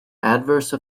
adverse